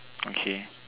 okay